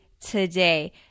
today